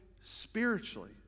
spiritually